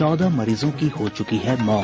चौदह मरीजों की हो चुकी है मौत